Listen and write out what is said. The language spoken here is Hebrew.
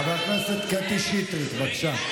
חברת הכנסת קטי שטרית, בבקשה.